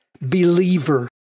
believer